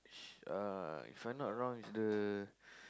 uh If I not wrong is the